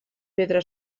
pedra